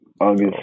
August